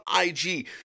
IG